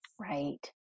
Right